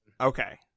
Okay